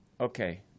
okay